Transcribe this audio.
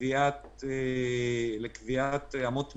לקביעת אמות מידה,